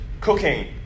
cooking